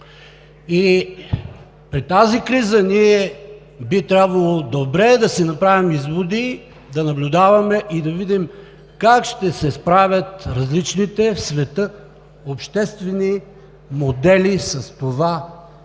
При тази криза ние би трябвало добре да си направим изводи, да наблюдаваме и да видим как ще се справят различните в света обществени модели с това изпитание,